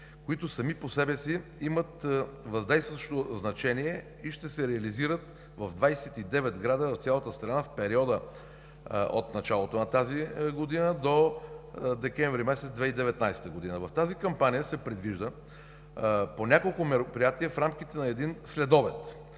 които сами по себе си имат въздействащо значение и ще се реализират в 29 града в цялата страна в периода от началото на тази година до месец декември 2019 г. В тази кампания се предвижда по няколко мероприятия в рамките на един следобед.